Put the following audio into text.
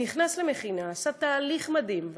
נכנס למכינה, עשה תהליך מדהים.